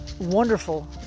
wonderful